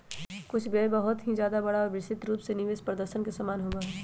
कुछ व्यय बहुत ही ज्यादा बड़ा और विस्तृत रूप में निवेश प्रदर्शन के समान होबा हई